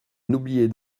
n’oubliez